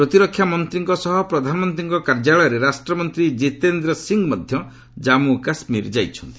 ପ୍ରତିରକ୍ଷା ମନ୍ତ୍ରୀଙ୍କ ସହ ପ୍ରଧାନମନ୍ତ୍ରୀଙ୍କ କାର୍ଯ୍ୟାଳୟରେ ରାଷ୍ଟ୍ରମନ୍ତ୍ରୀ ଜିତେନ୍ଦ୍ର ସିଂ ମଧ୍ୟ କମ୍ମୁ କାଶ୍ମୀର ଯାଇଛନ୍ତି